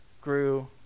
grew